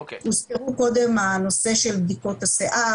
אמרו קודם על נושא של בדיקות השיער